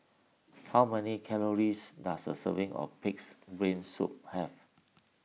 how many calories does a serving of Pig's Brain Soup have